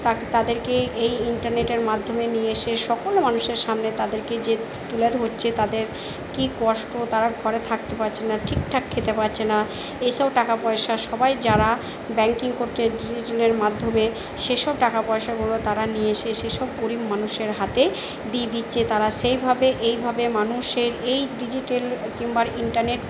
তাকে তাদেরকে এই ইন্টারনেটের মাধ্যমে নিয়ে এসে সকল মানুষের সামনে তাদেরকে যে তুলে ধচ্ছে তাদের কি কষ্ট তারা ঘরে থাকতে পারছে না ঠিকঠাক খেতে পারছে না এইসব টাকা পয়সা সবাই যারা ব্যাংকিং করতে মাধ্যমে সে সব টাকা পয়সাগুলো তারা নিয়ে এসে সেই সব গরিব মানুষের হাতে দিয়ে দিচ্ছে তারা সেইভাবে এইভাবে মানুষের এই ডিজিটাল কিংবা ইন্টারনেট